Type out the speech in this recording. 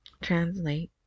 translate